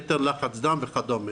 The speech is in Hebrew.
יתר לחץ דם וכדומה,